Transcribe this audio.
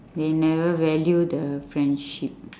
they never value the friendship